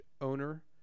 Owner